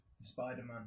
Spider-Man